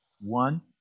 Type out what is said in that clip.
One